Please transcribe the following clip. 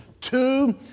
two